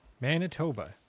Manitoba